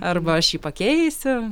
arba aš jį pakeisiu